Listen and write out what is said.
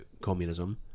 communism